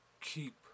keep